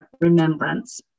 remembrance